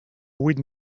huit